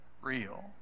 real